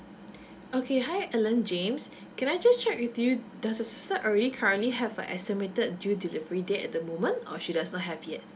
okay hi alan james can I just check with you does your sister already currently have a estimated due delivery date at the moment or she does not have yet